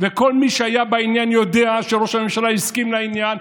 וכל מי שהיה בעניין יודע שראש הממשלה הסכים לעניין,